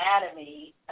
anatomy